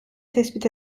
tespit